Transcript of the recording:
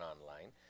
online